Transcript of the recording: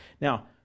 Now